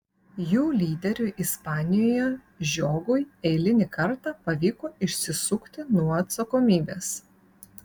jų lyderiui ispanijoje žiogui eilinį kartą pavyko išsisukti nuo atsakomybės